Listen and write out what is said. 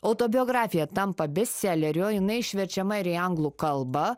autobiografija tampa bestseleriu jinai išverčiama ir į anglų kalba